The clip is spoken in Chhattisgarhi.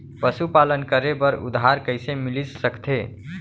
पशुपालन करे बर उधार कइसे मिलिस सकथे?